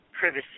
privacy